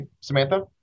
Samantha